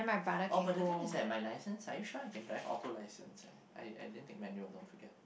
oh but the thing is that my license are you sure I can drive auto license eh I I didn't take manual don't forget